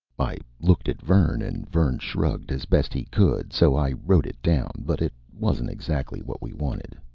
i looked at vern, and vern shrugged as best he could, so i wrote it down but it wasn't exactly what we wanted.